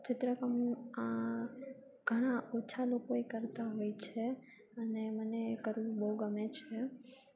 ચિત્રકામ ઘણાં ઓછા લોકો એ કરતાં હોય છે અને મને કરવું બહુ ગમે છે